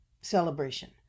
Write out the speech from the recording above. celebration